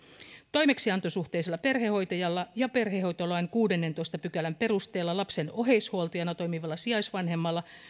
toimeksiantosuhteisella perhehoitajalla ja perhehoitolain kuudennentoista pykälän perusteella lapsen oheishuoltajana toimivalla sijaisvanhemmalla